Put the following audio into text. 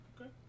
Okay